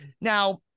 now